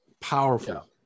powerful